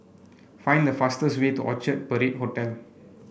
find the fastest way to Orchard Parade Hotel